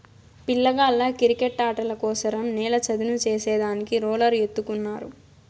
పిల్లగాళ్ళ కిరికెట్టాటల కోసరం నేల చదును చేసే దానికి రోలర్ ఎత్తుకున్నారు